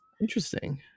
Interesting